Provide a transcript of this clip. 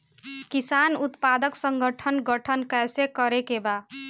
किसान उत्पादक संगठन गठन कैसे करके बा?